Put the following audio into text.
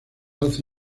alza